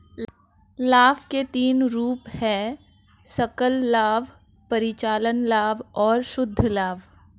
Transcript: लाभ के तीन रूप हैं सकल लाभ, परिचालन लाभ और शुद्ध लाभ